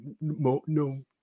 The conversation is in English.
no